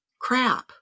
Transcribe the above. crap